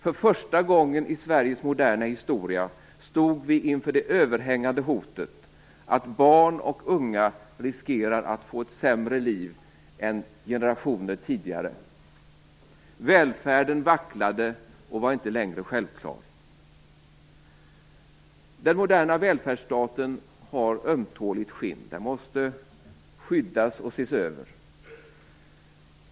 För första gången i Sveriges moderna historia stod vi inför det överhängande hotet att barn och unga riskerar att få ett sämre liv än generationen tidigare. Välfärden vacklade och var inte längre självklar. Den moderna välfärdsstaten har ömtåligt skinn. Den måste skyddas och ses över.